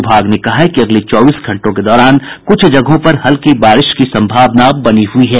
विभाग ने कहा है कि अगले चौबीस घंटों के दौरान कुछ जगहों पर हल्की बारिश की संभावना बनी हुई है